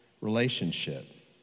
relationship